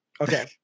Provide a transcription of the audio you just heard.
Okay